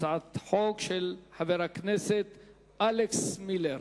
הצעת חוק של חבר הכנסת אלכס מילר.